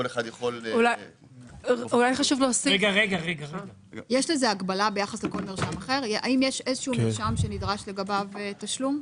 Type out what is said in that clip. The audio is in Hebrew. האם יש איזשהו מרשם שנדרש לגביו תשלום?